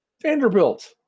Vanderbilt